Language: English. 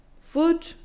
food